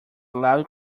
loud